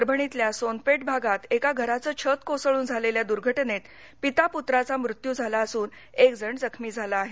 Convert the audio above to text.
परभणीतल्या सोनपेठ भागात एका घराचं छत कोसळून झालेल्या दूर्घटनेत पिता पुत्राचा मृत्यू झाला असून एक जण जखमी झाला आहे